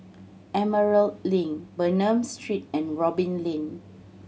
Emerald Link Bernam Street and Robin Lane